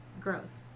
grows